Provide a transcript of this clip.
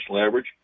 average